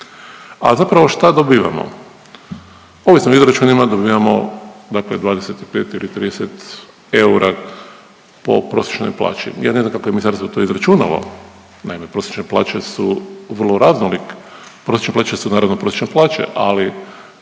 A zapravo šta dobivamo? Ovim izračunima dobivamo dakle 25 ili 30 eura po prosječnoj plaći. Ja ne znam kako je ministarstvo to izračunalo, naime prosječne plaće su vrlo raznolik, prosječne plaće su naravno prosječne plaće. Ali